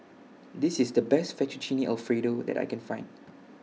This IS The Best Fettuccine Alfredo that I Can Find